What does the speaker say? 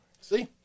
see